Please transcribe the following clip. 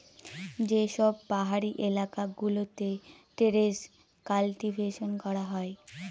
যে সব পাহাড়ি এলাকা গুলোতে টেরেস কাল্টিভেশন করা হয়